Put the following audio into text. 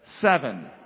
Seven